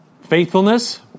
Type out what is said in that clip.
faithfulness